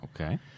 Okay